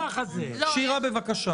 שירה, בבקשה.